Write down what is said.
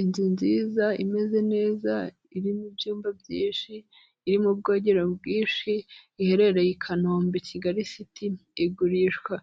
Inzu nziza, imeze neza, irimo ibyumba byinshi, iri mu bwogero bwinshi, iherereye i Kanombe i Kigali siti, igurishwa